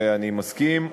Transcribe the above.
ואני מסכים,